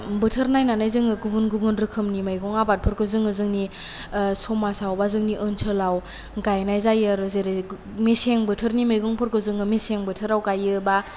बोथोर नायनानै जोङो गुबुन गुबुन रोखोमनि मैगं आबादफोरखौ जोंनि समाजाव बा ओनसोलाव गायनाय जायो आरो जेरै मेसें बोथोरनि मैगंफोरखौ जोङो मेसें बोथोराव गायो बा